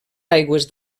aigües